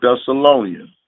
Thessalonians